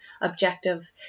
objective